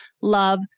love